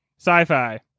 sci-fi